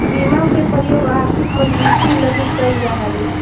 बीमा के प्रयोग आर्थिक मजबूती लगी कैल जा हई